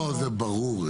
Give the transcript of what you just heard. זה ברור.